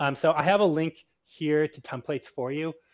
um so, i have a link here to templates for you.